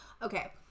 Okay